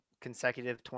consecutive